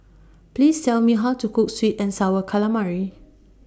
Please Tell Me How to Cook Sweet and Sour Calamari